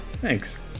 Thanks